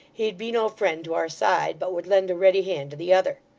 he'd be no friend to our side, but would lend a ready hand to the other.